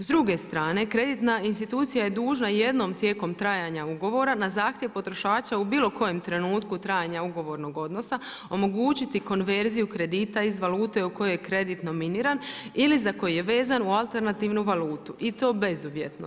S druge strane, kreditna institucija je dužna jednom tijekom trajanja ugovora na zahtjev potrošača u bilo kojem trenutku trajanja ugovornog odnosa omogućiti konverziju kredita iz valute u kojoj je kredit nominiran ili za koji je vezan u alternativnu valutu i to bezuvjetno.